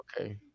Okay